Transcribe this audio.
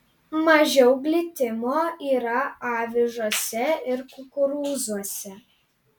mažiau glitimo yra avižose ir kukurūzuose